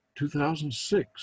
2006